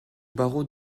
barreau